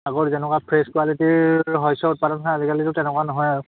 আগৰ যেনেকুৱা ফ্ৰেছ কোৱালিটিৰ শস্য উৎপাদন হয় আজিকালিতো তেনেকুৱা নহয় আৰু